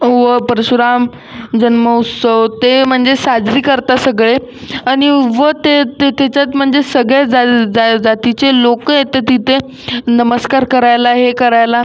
व परशुराम जन्म उत्सव ते म्हणजे साजरा करतात सगळे आणि व ते ते त्याच्यात म्हणजे सगळ्या जा जा जातीचे लोकं येतात तिथे नमस्कार करायला हे करायला